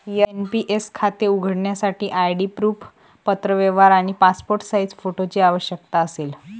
NPS खाते उघडण्यासाठी ID proof, पत्रव्यवहार आणि पासपोर्ट साइज फोटोची आवश्यकता असेल